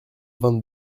vingt